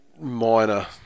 minor